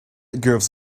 gives